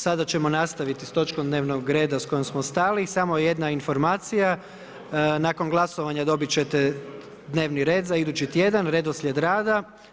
Sada ćemo nastaviti s točkom dnevnog reda s kojom smo stali, samo jedna informacija, nakon glasovanja dobit ćete dnevni red za idući tjedan, redoslijed rada.